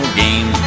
game